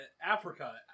Africa